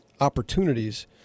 opportunities